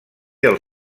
del